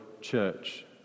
church